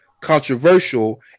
controversial